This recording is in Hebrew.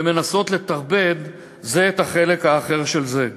ומנסות לטרפד זו את החלק האחר של זו.